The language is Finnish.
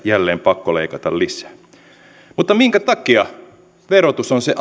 jälleen pakko leikata lisää mutta minkä takia verotus on se